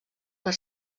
per